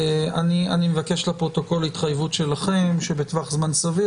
אני מבקש לפרוטוקול התחייבות שלכם שבטווח זמן סביר,